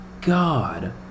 god